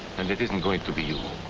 and it isn't going to be you.